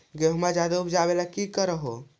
गेहुमा ज्यादा उपजाबे ला की कर हो?